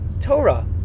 Torah